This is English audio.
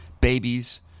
babies